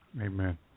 Amen